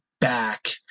back